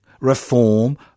reform